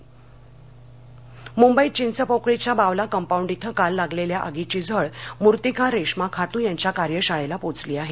मंबई आग मुंबईत चिंचपोकळीच्या बावला कंपाऊंड श्व काल लागलेल्या आगीची झळ मूर्तिकार रेश्मा खातू यांच्या कार्यशाळेला पोहचली आहे